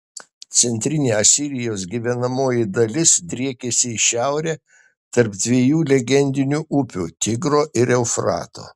centrinė asirijos gyvenamoji dalis driekėsi į šiaurę tarp dviejų legendinių upių tigro ir eufrato